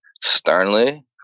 sternly